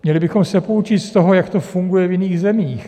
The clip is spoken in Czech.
Měli bychom se poučit z toho, jak to funguje v jiných zemích.